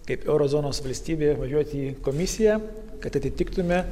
kaip euro zonos valstybėje važiuoti į komisiją kad atitiktume